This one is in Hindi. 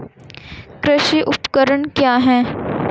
कृषि उपकरण क्या है?